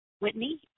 Whitney